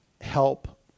help